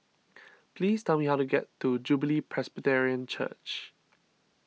please tell me how to get to Jubilee Presbyterian Church